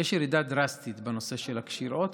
יש ירידה דרסטית בנושא של הקשירות,